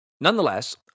Nonetheless